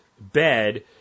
bed